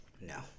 No